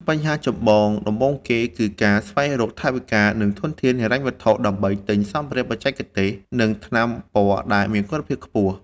បញ្ហាចម្បងដំបូងគេ គឺការស្វែងរកថវិកា និងធនធានហិរញ្ញវត្ថុដើម្បីទិញសម្ភារៈបច្ចេកទេស និងថ្នាំពណ៌ដែលមានគុណភាពខ្ពស់។